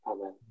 Amen